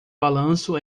balanço